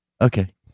Okay